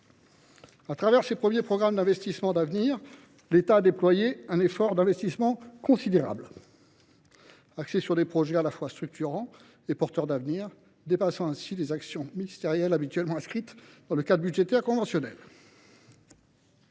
dans des secteurs d’avenir. À travers eux, l’État a déployé un effort d’investissement considérable, appuyé sur des projets à la fois structurants et porteurs d’avenir, dépassant les actions ministérielles habituellement inscrites dans le cadre budgétaire conventionnel.